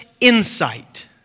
insight